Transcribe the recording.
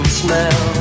smell